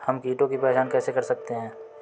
हम कीटों की पहचान कैसे कर सकते हैं?